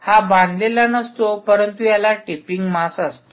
हा बांधलेला नसतो परंतु याला टिपिंग मास असतो